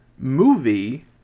movie